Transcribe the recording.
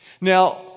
Now